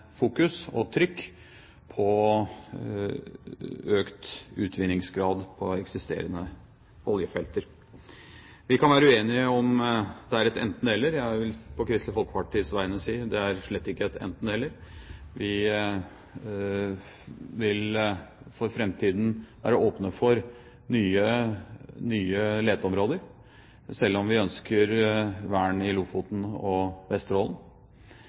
fokus og trykk på økt utvinningsgrad på eksisterende oljefelt. Vi kan være uenige om det er et enten–eller. Jeg vil på Kristelig Folkepartis vegne si: Det er slett ikke et enten–eller. Vi vil for framtiden være åpne for nye leteområder, selv om vi ønsker vern i Lofoten og Vesterålen,